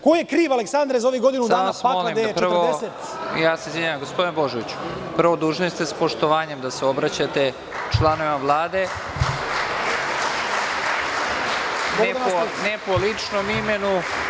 Ko je kriv Aleksandre za ovih godinu dana … (Predsednik: Molim vas, gospodine Božoviću, prvo dužni ste sa poštovanjem da se obraćate članovima Vlade, ne po ličnom imenu.